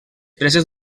preses